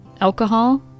alcohol